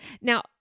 Now